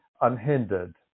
unhindered